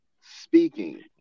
speaking